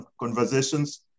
conversations